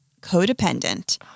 codependent